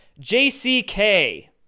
JCK